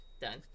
done